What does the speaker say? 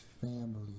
family